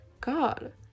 God